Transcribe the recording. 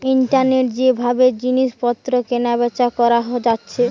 ইন্টারনেটে যে ভাবে জিনিস পত্র কেনা বেচা কোরা যাচ্ছে